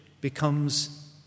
becomes